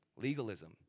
Legalism